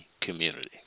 community